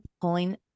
pulling